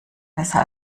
besser